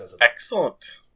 Excellent